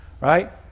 right